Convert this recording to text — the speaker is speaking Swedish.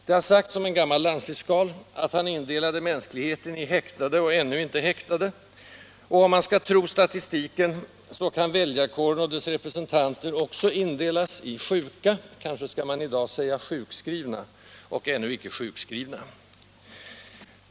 Det har sagts om en gammal landsfiskal att han indelade mänskligheten i ”häktade” och ”ännu icke häktade”, och om man skall tro statistiken så kan väljarkåren och dess representanter också indelas i sjuka — kanske skall man i dag säga ”sjukskrivna” —- och ”ännu icke sjukskrivna”.